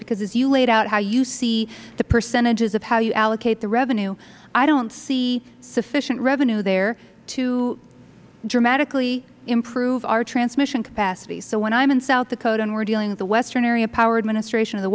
because as you laid out how you see the percentages of how you allocate the revenue i don't see sufficient revenue there to dramatically improve our transmission capacities so when i am in south dakota and we are dealing with the western area power administration of the